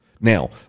Now